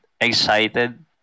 excited